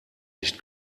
nicht